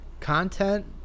content